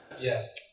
Yes